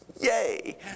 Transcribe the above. Yay